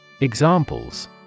Examples